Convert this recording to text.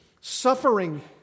suffering